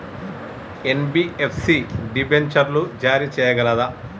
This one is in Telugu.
ఎన్.బి.ఎఫ్.సి డిబెంచర్లు జారీ చేయగలదా?